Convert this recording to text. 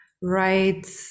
right